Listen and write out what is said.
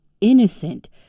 innocent